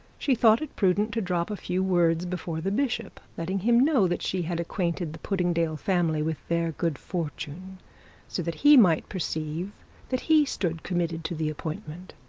she thought it prudent to drop a few words before the bishop, letting him know that she had acquainted the puddingdale family with their good fortune so that he might perceive that he stood committed to the appointment.